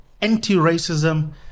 anti-racism